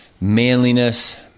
manliness